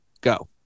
Go